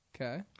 Okay